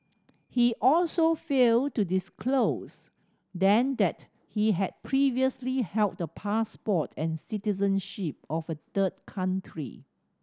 he also failed to disclose then that he had previously held the passport and citizenship of a third country